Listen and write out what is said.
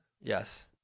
Yes